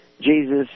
Jesus